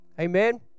Amen